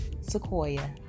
Sequoia